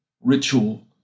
ritual